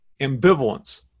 Ambivalence